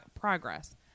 progress